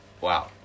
Wow